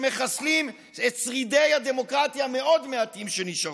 שמחסלים את שרידי הדמוקרטיה המאוד-מעטים שנשארו פה.